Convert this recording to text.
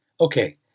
Okay